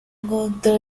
encontrar